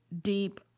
deep